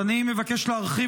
אני מבקש להרחיב